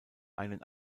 einen